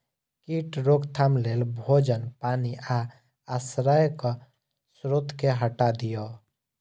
कीट रोकथाम लेल भोजन, पानि आ आश्रयक स्रोत कें हटा दियौ